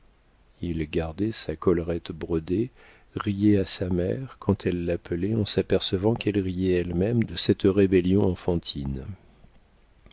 il gardait sa collerette brodée riait à sa mère quand elle l'appelait en s'apercevant qu'elle riait elle-même de cette rébellion enfantine